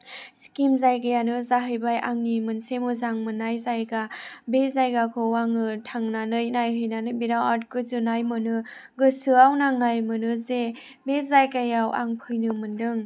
सिक्किम जायगायानो जाहैबाय आंनि मोनसे मोजां मोननाय जायगा बे जायगाखौ आङो थांनानै नायहैनानै बिराद गोजोननाय मोनो गोसोआव नांनाय मोनो जे बे जायगायाव आं फैनो मोन्दों